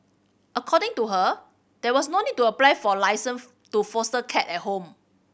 according to her there was no need to apply for licence to foster cat at home